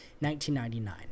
1999